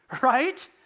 right